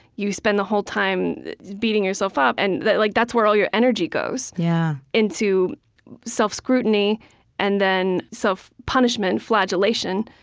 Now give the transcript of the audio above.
you spend the whole time beating yourself up. and like that's where all your energy goes yeah into self-scrutiny and then self-punishment, flagellation.